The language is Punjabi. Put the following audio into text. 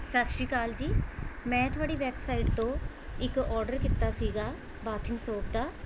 ਸਤਿ ਸ਼੍ਰੀ ਅਕਾਲ ਜੀ ਮੈਂ ਤੁਹਾਡੀ ਵੈੱਬਸਾਈਟ ਤੋਂ ਇੱਕ ਔਡਰ ਕੀਤਾ ਸੀਗਾ ਬਾਥਿੰਗ ਸੋਪ ਦਾ